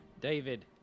David